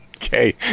Okay